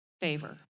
favor